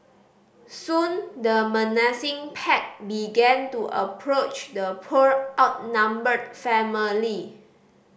soon the menacing pack began to approach the poor outnumbered family